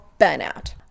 burnout